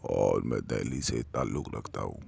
اور میں دہلی سے تعلق رکھتا ہوں